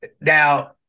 Now